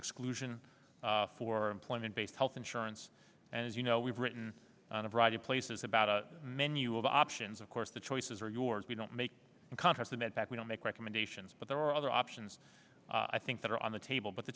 exclusion for employment based health insurance and as you know we've written on a variety of places about a menu of options of course the choices are yours we don't make a contest amend back we don't make recommendations but there are other options i think that are on the table but the